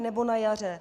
Nebo na jaře.